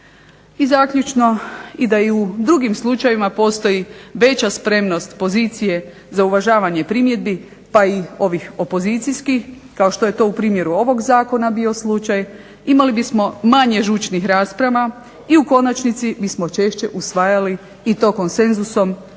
I zaključno, i da u drugim slučajevima postoji veća spremnost pozicije za uvažavanje primjedbi, pa i ovih opozicijskih, kao što je to u primjeru ovog zakona bio slučaj, imali bismo manje žučnih rasprava, i u konačnici bismo češće usvajali i to konsenzusom